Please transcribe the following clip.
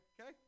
okay